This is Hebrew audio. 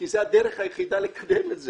כי זאת הדרך היחידה לקדם את זה.